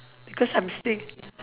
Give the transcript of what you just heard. because I'm stay